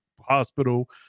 hospital